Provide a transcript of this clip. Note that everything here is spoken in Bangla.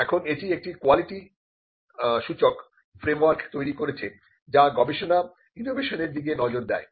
এখন এটি একটি কোয়ালিটি সূচক ফ্রেমওয়ার্ক তৈরি করেছে যা গবেষণা ইনোভেশন এর দিকে নজর দেয়